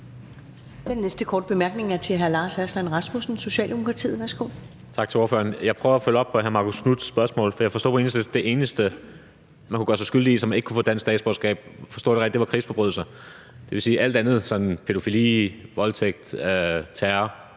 Den næste korte bemærkning er til hr. Lars Aslan Rasmussen, Socialdemokratiet. Værsgo. Kl. 13:01 Lars Aslan Rasmussen (S): Tak til ordføreren. Jeg prøver at følge op på hr. Marcus Knuths spørgsmål, for jeg forstod på Enhedslisten, at det eneste, man kunne gøre sig skyldig i, så man ikke kunne få dansk statsborgerskab – forstod jeg det rigtigt? – var krigsforbrydelser. Vil det sige, at med hensyn til alt andet som pædofili, voldtægt, terror,